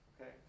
Okay